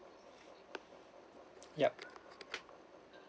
ya